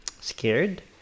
scared